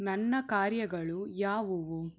ನನ್ನ ಕಾರ್ಯಗಳು ಯಾವುವು